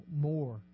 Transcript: more